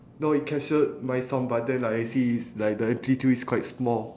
no it captured my sound but then I see is like the amplitude is quite small